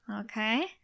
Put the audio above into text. Okay